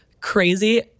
crazy